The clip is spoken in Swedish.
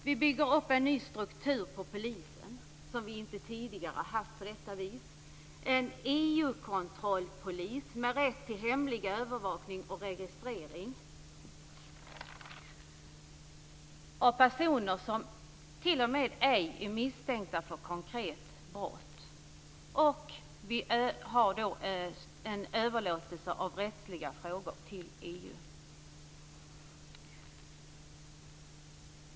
Vi bygger upp en ny struktur inom polisen, som vi inte tidigare har haft, en EU-kontrollpolis med rätt till hemlig övervakning och registrering, t.o.m. av personer som ej är misstänkta för konkret brott. Vi har då en överlåtelse av rättsliga frågor till EU.